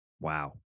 Wow